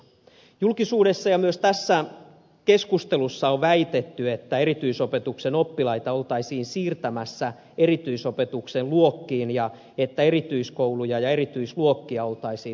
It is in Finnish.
julkisuudessa ja myös tässä keskustelussa on väitetty että erityisopetuksen oppilaita oltaisiin siirtämässä erityisopetuksen luokkiin ja että erityiskouluja ja erityisluokkia oltaisiin lopettamassa